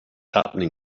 happening